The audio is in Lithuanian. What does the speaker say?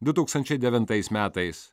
du tūkstančiai devyntais metais